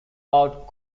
about